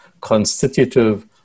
constitutive